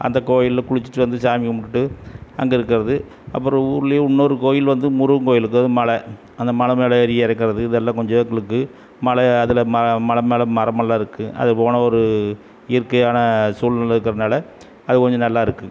அந்த கோயிலில் குளிச்சுட்டு வந்து சாமி கும்பிட்டுட்டு அங்கே இருக்கிறது அப்புறம் ஊர்லேயே இன்னொரு கோயில் வந்து முருகன் கோயில் அது மலை அந்த மலை மேலே ஏறி இறங்கறது இதெல்லாம் கொஞ்சம் எங்களுக்கு மலை அதில் ம மலை மேலே மரமெல்லாம் இருக்குது அது போன ஒரு இயற்கையான சூழ்நில இருக்கறனால அது கொஞ்சம் நல்லாயிருக்கு